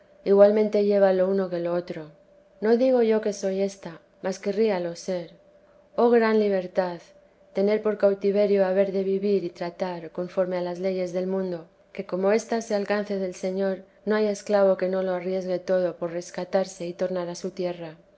igualmente lleva lo uno que lo otro no digo yo que soy ésta más querríalo ser oh gran libertad tener por cautiverio haber de vivir y tratar conforme a las leyes del mundo que como ésta se alcance del señor no hay esclavo que no lo arrisque todo por rescatarse y tornar a su tierra